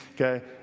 okay